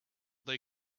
they